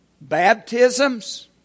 baptisms